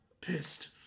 pissed